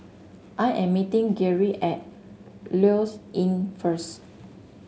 I am meeting Geary at Lloyds Inn first